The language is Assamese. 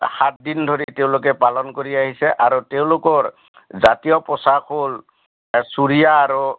সাতদিন ধৰি তেওঁলোকে পালন কৰি আহিছে আৰু তেওঁলোকৰ জাতীয় পোছাক হ'ল চুৰিয়া আৰু